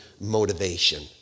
motivation